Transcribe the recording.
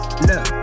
Look